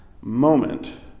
moment